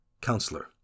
Counselor